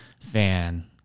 fan